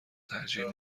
ترجیح